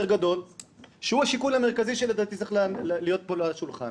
גדול שהוא השיקול המרכזי שלדעתי צריך להיות פה על השולחן